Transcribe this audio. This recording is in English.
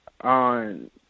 on